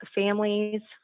families